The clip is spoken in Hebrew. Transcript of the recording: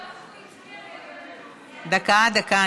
הוא הצביע, דקה.